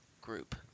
group